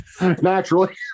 Naturally